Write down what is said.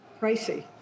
pricey